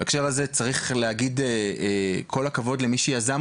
בהקשר הזה צריך להגיד כל הכבוד למי שיזם